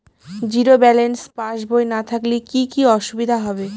Zero balance passbook না থাকলে কি কী অসুবিধা হবে?